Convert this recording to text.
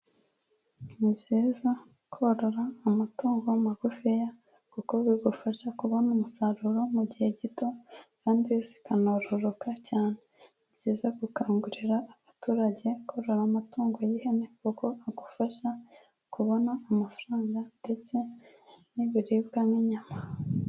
Ni byiza korora amatungo magufiya kuko bigufasha kubona umusaruro mu gihe gito kandi zikanororoka cyane, ni byiza gukangurira abaturage kurora amatungo y'ihene kuko agufasha kubona amafaranga ndetse n'ibiribwa nk'inyama.